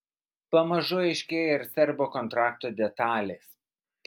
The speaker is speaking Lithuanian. pamažu aiškėja ir serbo kontrakto detalės